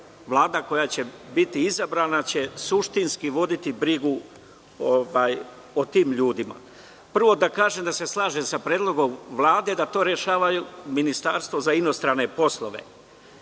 Vlada, koja će biti izabrana, suštinski voditi brigu o tim ljudima. Prvo, da kažem da se slažem sa predlogom Vlade da to rešava Ministarstvo za inostrane poslove.